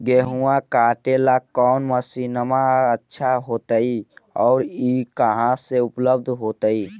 गेहुआ काटेला कौन मशीनमा अच्छा होतई और ई कहा से उपल्ब्ध होतई?